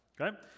okay